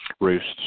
Roosts